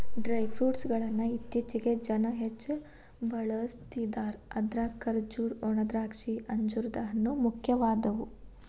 dry fruit ಗಳ್ಳನ್ನ ಇತ್ತೇಚಿಗೆ ಜನ ಹೆಚ್ಚ ಬಳಸ್ತಿದಾರ ಅದ್ರಾಗ ಖರ್ಜೂರ, ಒಣದ್ರಾಕ್ಷಿ, ಅಂಜೂರದ ಹಣ್ಣು, ಮುಖ್ಯವಾದವು